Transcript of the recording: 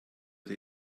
der